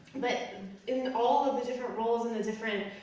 but in all of the different roles and the different